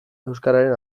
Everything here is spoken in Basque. euskararen